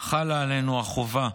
חלה עלינו החובה,